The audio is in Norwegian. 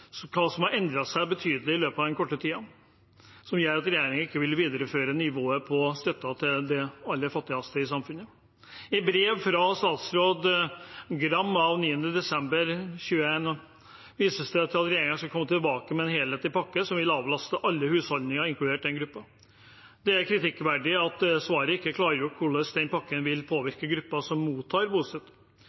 hva som har endret seg betydelig i løpet av den korte tiden, som gjør at regjeringen ikke vil videreføre nivået på støtten til de aller fattigste i samfunnet. I brev fra statsråd Gram av 9. desember 2021 vises det til at regjeringen skal komme tilbake med en helhetlig pakke som vil avlaste alle husholdninger, inkludert den gruppen. Det er kritikkverdig at svaret ikke klargjør hvordan den pakken vil påvirke gruppen som mottar